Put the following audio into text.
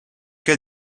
qu’a